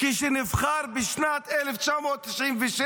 כשנבחר בשנת 1996,